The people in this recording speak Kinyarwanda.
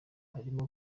arimo